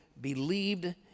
believed